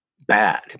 bad